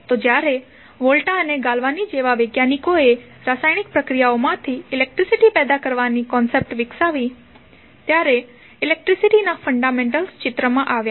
તો જ્યારે વોલ્ટા અને ગાલવાની જેવા વૈજ્ઞાનિકો એ રાસાયણિક પ્રક્રિયાઓ માંથી ઇલેક્ટ્રિસીટી પેદા કરવાની કન્સેપ્ટ વિકસાવી ત્યારે ઇલેક્ટ્રિસીટીના ફંડામેન્ટલ્સ ચિત્રમાં આવ્યા